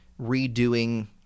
redoing